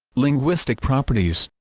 linguistic properties